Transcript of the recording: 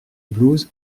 blouse